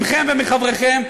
מכם ומחבריכם,